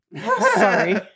Sorry